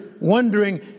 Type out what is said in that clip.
wondering